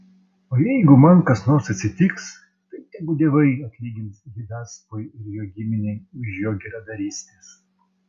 o jeigu man kas nors atsitiks tai tegu dievai atlygins hidaspui ir jo giminei už jo geradarystes